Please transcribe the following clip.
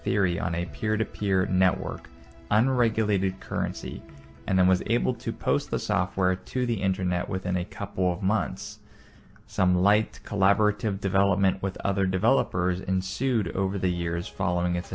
theory on a peer to peer network unregulated currency and then was able to post the software to the internet within a couple of months some light collaborative development with other developers ensued over the years following it